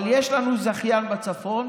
אבל יש לנו זכיין בצפון,